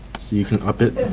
you can up it.